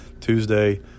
Tuesday